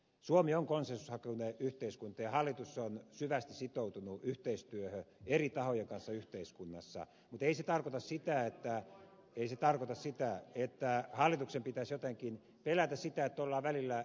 suomi on konsensushakuinen yhteiskunta ja hallitus on syvästi sitoutunut yhteistyöhön eri tahojen kanssa yhteiskunnassa ei se tarkoita sitä että mutta ei se tarkoita sitä että hallituksen pitäisi jotenkin pelätä sitä että ollaan välillä eri mieltä